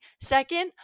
Second